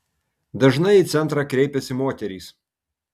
dažnai į centrą kreipiasi moterys